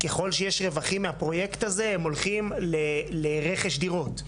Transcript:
ככל שיש רווחים מהפרויקט הזה הם הולכים לרכש דירות.